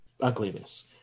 ugliness